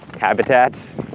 habitats